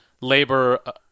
labor